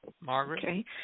Margaret